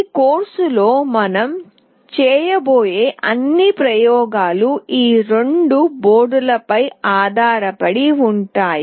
ఈ కోర్సులో మనం చేయబోయే అన్ని ప్రయోగాలు ఈ రెండు బోర్డులపై ఆధారపడి ఉంటాయి